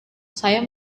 saya